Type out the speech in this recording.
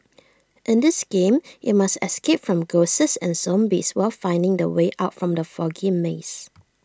in this game you must escape from ghosts and zombies while finding the way out from the foggy maze